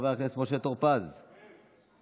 חבר הכנסת משה טור פז, בבקשה.